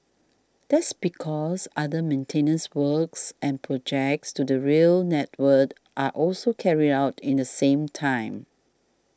that's because other maintenance works and projects to the rail network are also carried out in the same time